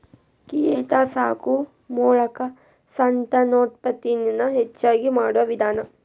ಕೇಟಾ ಸಾಕು ಮೋಲಕಾ ಸಂತಾನೋತ್ಪತ್ತಿ ನ ಹೆಚಗಿ ಮಾಡುವ ವಿಧಾನಾ